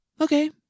Okay